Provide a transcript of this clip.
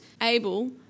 able